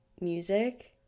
music